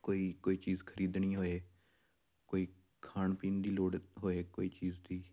ਕੋਈ ਕੋਈ ਚੀਜ਼ ਖਰੀਦਣੀ ਹੋਵੇ ਕੋਈ ਖਾਣ ਪੀਣ ਦੀ ਲੋੜ ਹੋਵੇ ਕੋਈ ਚੀਜ਼ ਦੀ